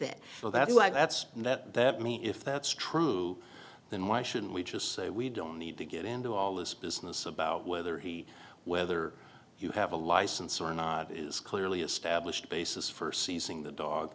and that that me if that's true then why shouldn't we just say we don't need to get into all this business about whether he whether you have a license or not is clearly established a basis for seizing the dog